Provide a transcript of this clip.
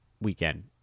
weekend